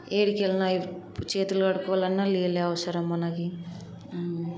ఏడికి వెళ్ళినా చేతులు కడుక్కోవాలన్నా నీళ్ళే అవసరం మనకి